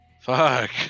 Fuck